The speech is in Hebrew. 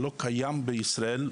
שלא קיים בישראל,